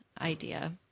idea